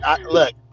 look